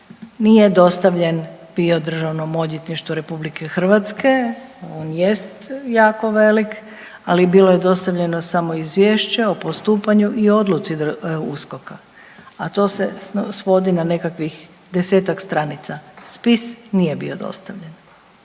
nije dostavljen bio DORH-u, on jest jako velik, ali bilo je dostavljeno samo izvješće o postupanju i odluci USKOK-a, a to se svodi na nekakvih desetak stranica. Spis nije bio dostavljen.